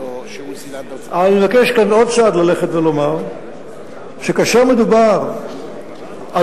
אני מבקש כאן ללכת עוד צעד ולומר שכאשר מדובר על